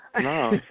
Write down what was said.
No